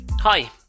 Hi